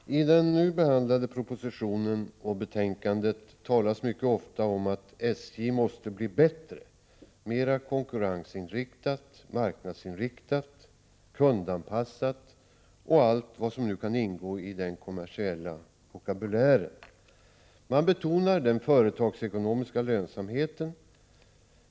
Herr talman! I den nu behandlade propositionen och i betänkandet talas mycket och ofta om att SJ måste bli bättre; mera konkurrensinriktat, marknadsinriktat, kundanpassat och allt vad som nu kan ingå i den kommersiella vokabulären. Man betonar den företagsekonomiska lönsamheten.